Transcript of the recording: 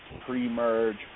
pre-merge